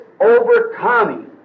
overcoming